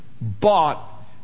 bought